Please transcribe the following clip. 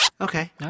Okay